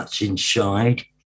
inside